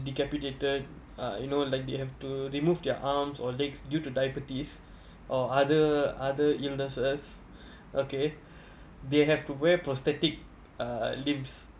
the decapitated uh you know like they have to remove their arms or legs due to diabetes or other other illnesses okay they have to wear prosthetic uh limbs